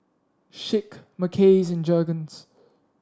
Schick Mackays and Jergens